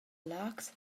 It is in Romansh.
laax